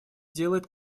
делает